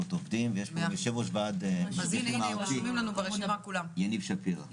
שלום לכולם,